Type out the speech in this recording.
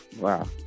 Wow